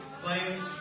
claims